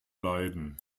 leiden